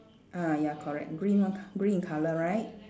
ah ya correct green green in colour right